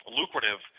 lucrative